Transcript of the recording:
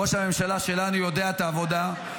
ראש הממשלה שלנו יודע את העבודה,